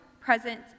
Present